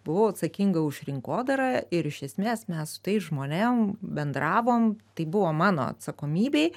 buvau atsakinga už rinkodarą ir iš esmės mes su tais žmonėm bendravom tai buvo mano atsakomybei